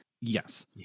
Yes